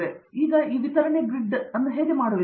ಆದ್ದರಿಂದ ಈಗ ನೀವು ಈ ವಿತರಣೆ ಗ್ರಿಡ್ ಅನ್ನು ಹೇಗೆ ಮಾಡುತ್ತೀರಿ